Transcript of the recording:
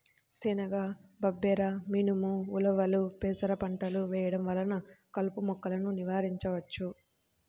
శనగ, బబ్బెర, మినుము, ఉలవలు, పెసర పంటలు వేయడం వలన కలుపు మొక్కలను నివారించవచ్చు